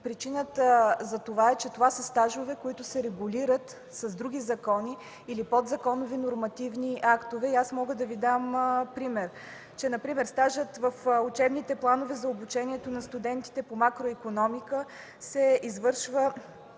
Причината за това е, че това са стажове, които се регулират с други закони или подзаконови нормативни актове и аз мога да Ви дам пример – стажът в учебните планове за обучението на студентите по макроикономика се извършва